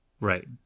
Right